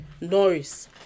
Norris